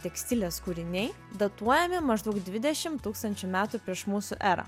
tekstilės kūriniai datuojami maždaug dvidešim tūkstančių metų prieš mūsų erą